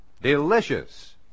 delicious